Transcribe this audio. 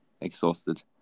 exhausted